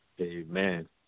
Amen